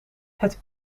het